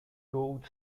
gold